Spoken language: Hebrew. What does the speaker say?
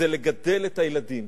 הזמן לגדל את הילדים.